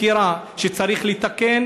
מכירה בזה שצריך לתקן,